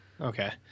Okay